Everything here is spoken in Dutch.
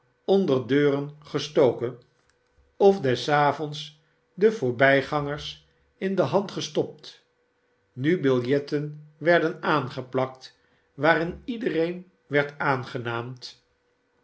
onder deuren gestoken of des avonds den voorbijgangers in de hand gestopt nu biljetten werden aangeplakt waarin iedereen werd aangenaamd